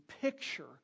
picture